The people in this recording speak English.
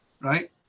Right